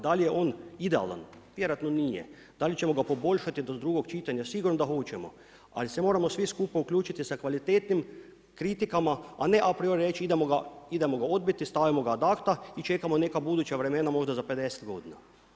Da li je on idealan, vjerojatno nije, da li ćemo ga poboljšati do drugog čitanja, sigurno da hoćemo, ali se moramo svi skupa uključiti sa kvalitetnim kritikama a ne apriori reći idemo ga odbiti, stavimo ga ad acta i čekamo neka buduća vremena, možda za 50 godina.